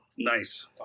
Nice